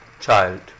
child